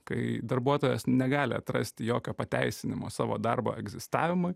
kai darbuotojas negali atrasti jokio pateisinimo savo darbo egzistavimui